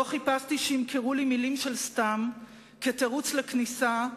לא חיפשתי שימכרו לי מלים של סתם כתירוץ לכניסה,